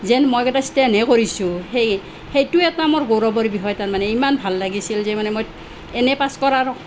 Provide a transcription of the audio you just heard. যেন মই কিবা ষ্টেণ্ডহে কৰিছোঁ সেই সেইটো এটা মোৰ গৌৰৱৰ বিষয় তাৰ মানে ইমান ভাল লাগিছিল যে মানে মই এনে পাছ কৰাৰ